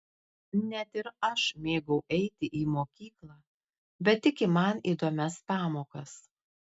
net ir aš mėgau eiti į mokyklą bet tik į man įdomias pamokas